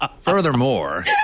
Furthermore